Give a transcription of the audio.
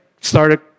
started